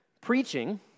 Preaching